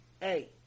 Hey